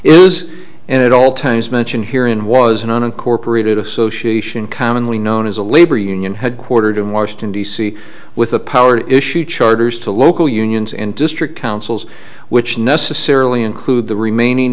is and at all times mention here in was an unincorporated association commonly known as a labor union headquartered in washington d c with a power issue charters to local unions and district councils which necessarily include the remaining